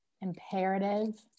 imperative